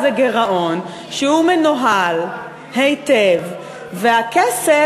אבל יש דבר כזה גירעון שמנוהל היטב והכסף